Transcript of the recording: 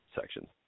sections